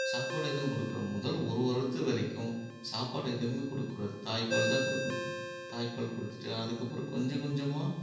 சாப்பாடு எதுவும் கொடுக்க முதல் ஒரு வருடத்து வரைக்கும் சாப்பாடு எதுவுமே கொடுக்கக் கூடாது தாய்ப்பால் தான் கொடுக்கணும் தாய்ப்பால் கொடுத்துட்டு அதற்கப்பறம் கொஞ்சம் கொஞ்சமாக